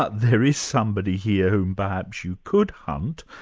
but there is somebody here whom perhaps you could hunt.